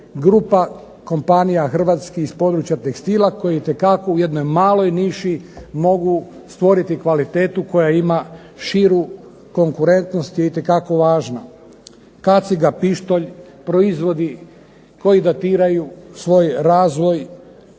grupa kompanija Hrvatskih iz područja tekstila koje itekako u jednoj maloj niši mogu stvoriti kvalitetu koja ima širu konkurentnost je itekako važna. Kaciga, pištolj, proizvodi koji datiraju svoj razvoj